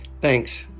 Thanks